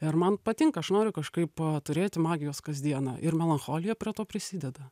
ir man patinka aš noriu kažkaip turėti magijos kasdieną ir melancholija prie to prisideda